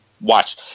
watch